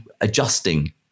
adjusting